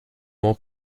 loin